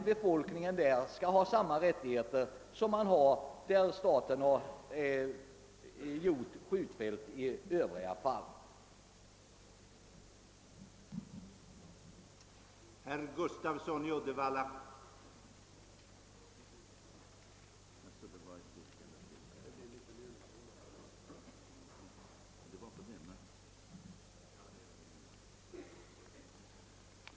Befolkningen i dessa områden skall ha samma rättigheter som när staten tidigare byggt skjutfält.